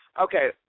okay